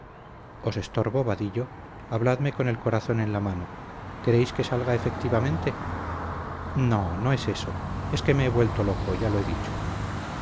os estorbo vadillo habladme con el corazón en la mano queréis que salga efectivamente no no es eso es que me he vuelto loco ya lo he dicho